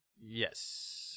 Yes